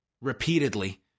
repeatedly